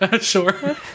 Sure